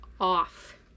off